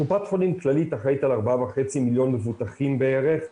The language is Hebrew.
קופת חולים כללית אחראית על 4.5 מיליון מבוטחים בערך,